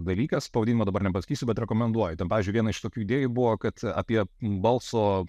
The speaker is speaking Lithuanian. dalykas pavadinio dabar nepasakysiu bet rekomenduoju ten pavyzdžiui vieną iš tokių idėjų buvo kad apie balso